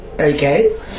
Okay